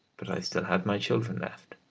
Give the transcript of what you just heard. but i still had my children left.